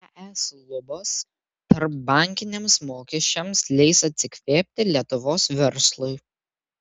es lubos tarpbankiniams mokesčiams leis atsikvėpti lietuvos verslui